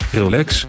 relax